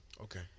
Okay